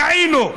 טעינו,